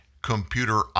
computer